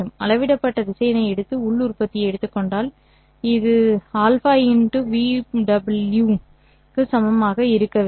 அளவிடப்பட்ட திசையனை எடுத்து உள் உற்பத்தியை எடுத்துக் கொண்டால் இது α'v'w' ¿| α | v' ∨w' to க்கு சமமாக இருக்க வேண்டும்